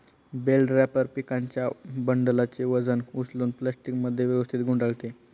bell wrapper पिकांच्या बंडलचे वजन उचलून प्लास्टिकमध्ये व्यवस्थित गुंडाळते